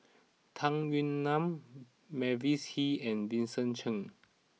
Tung Yue Nang Mavis Hee and Vincent Cheng